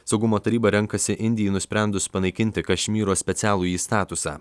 saugumo taryba renkasi indijai nusprendus panaikinti kašmyro specialųjį statusą